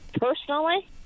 personally